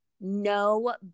No